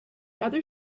other